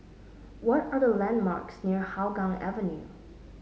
what are the landmarks near Hougang Avenue